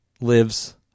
lives